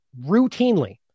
routinely